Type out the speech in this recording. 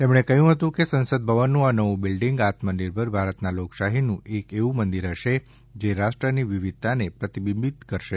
તેમણે કહ્યું હતું કે સંસદ ભવનનું આ નવું બિલ્ડીંગ આત્મનિર્ભર ભારતના લોકશાહીનું એક એવું મંદિર હશે જે રાષ્ટ્રની વિવિધતાને પ્રતિબિંબિત કરશે